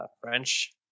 French